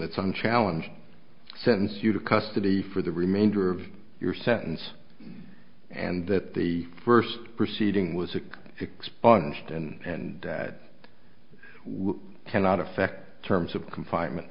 that's one challenge sentence you to custody for the remainder of your sentence and that the first proceeding was a expunged and that we cannot affect terms of confinement